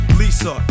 lisa